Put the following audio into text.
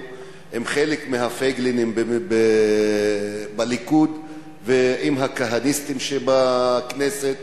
עם חלק מהפייגלינים בליכוד ועם הכהניסטים שבכנסת,